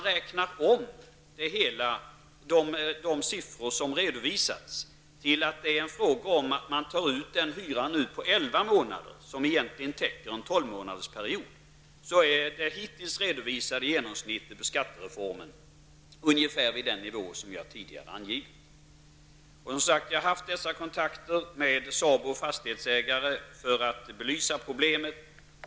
Räknar man med de siffror som jag har redovisat och tar ut en hyra för 11 månader, en hyra som egentligen täcker en 12-månadersperiod, ligger det hittills redovisade genomsnittet när det gäller skattereformen ungefär vid den nivå som jag tidigare har angivit. Jag har som sagt haft kontakter med SABO och fastighetsägare för att belysa problemet.